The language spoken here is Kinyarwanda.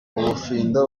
bufindo